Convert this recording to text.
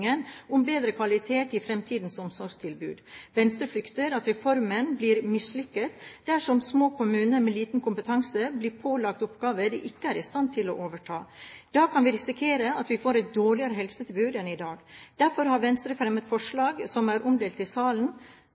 om bedre kvalitet i fremtidens omsorgstilbud. Venstre frykter at reformen blir mislykket dersom små kommuner med liten kompetanse blir pålagt oppgaver de ikke er i stand til å overta. Da kan vi risikere at vi får et dårligere helsetilbud enn i dag. Derfor har Venstre fremmet forslag, som snart er omdelt i salen,